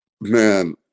Man